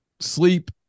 sleep